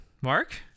Mark